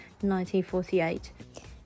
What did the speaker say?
1948